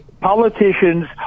politicians